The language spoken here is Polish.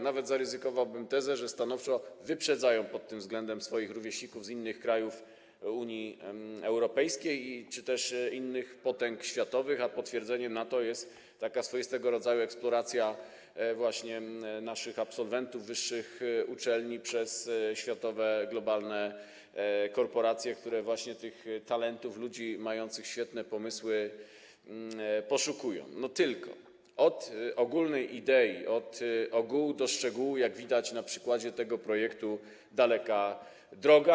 Nawet zaryzykowałbym tezę, że stanowczo wyprzedzają oni pod tym względem swoich rówieśników z innych krajów Unii Europejskiej czy też innych potęg światowych, a potwierdzeniem tego jest swoistego rodzaju eksploracja naszych absolwentów wyższych uczelni przez światowe, globalne korporacje, które tych talentów, ludzi mających świetne pomysły, poszukują, tylko że od ogólnej idei, od ogółu do szczegółu, jak widać na przykładzie tego projektu, daleka droga.